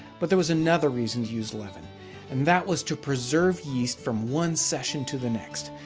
but there was another reason to use leaven and that was to preserve yeast from one session to the next.